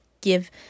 give